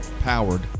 Powered